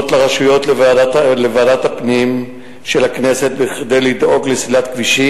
לרשויות ולוועדת הפנים של הכנסת כדי לדאוג לסלילת כבישים